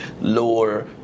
lower